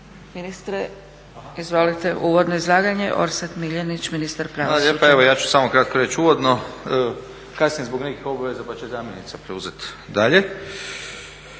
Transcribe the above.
Ministre izvolite, uvodno izlaganje Orsat MIljenić, ministar pravosuđa.